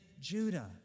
Judah